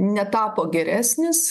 netapo geresnis